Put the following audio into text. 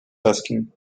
asking